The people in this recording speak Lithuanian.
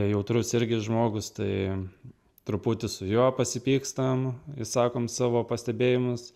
jautrus irgi žmogus tai truputį su juo pasipykstam išsakom savo pastebėjimus